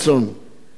אדוני השר,